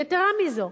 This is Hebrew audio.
יתירה מזאת,